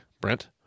Brent